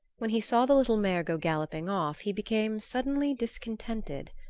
when he saw the little mare go galloping off he became suddenly discontented.